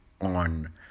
on